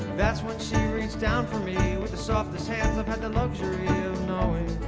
that's when she reached down for me with the softest hands i've had the luxury of knowing